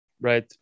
Right